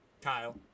Kyle